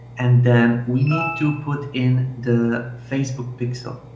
and then we need to put in the facebook pixel.